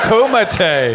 Kumite